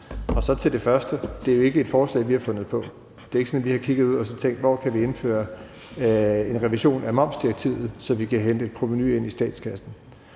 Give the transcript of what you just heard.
Og så til det første: Det er jo ikke et forslag, vi har fundet på. Det er ikke sådan, at vi har kigget ud og tænkt, hvor vi kan indføre en revision af momsdirektivet, så vi kan hente et provenu ind i statskassen.